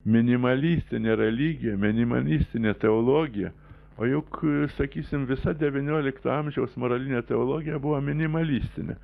minimalistinė religija minimalistinė teologija o juk sakysim visa devyniolikto amžiaus moralinė teologija buvo minimalistinė